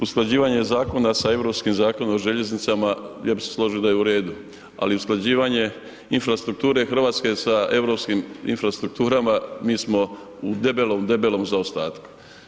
Usklađivanje zakona sa Europskim zakonom o željeznicama, ja bi se složio da je u redu, ali usklađivanje infrastrukture Hrvatske, sa europskim infrastrukturama, mi smo u debelom, debelom zaostatku.